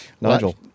Nigel